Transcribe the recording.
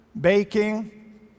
baking